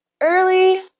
Early